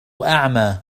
أعمى